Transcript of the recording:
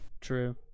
true